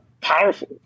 powerful